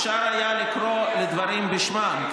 אפשר היה לקרוא לדברים בשמם.